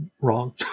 wrong